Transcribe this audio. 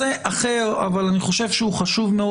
נושא אחר אבל אני חושב שהוא חשוב מאוד